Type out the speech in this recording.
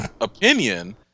opinion